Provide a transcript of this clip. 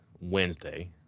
Wednesday